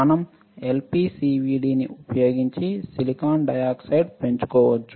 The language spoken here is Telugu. మనం ఎల్పిసివిడి ని ఉపయోగించి సిలికాన్ డయాక్సైడ్ను పెంచుకోవచ్చు